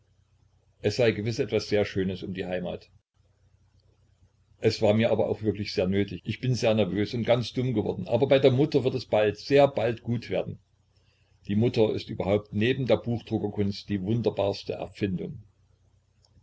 es sei gewiß etwas sehr schönes um die heimat es war mir auch wirklich sehr nötig ich bin sehr nervös und ganz dumm geworden aber bei der mutter wird es bald sehr bald gut werden die mutter ist überhaupt neben der buchdruckerkunst die wunderbarste erfindung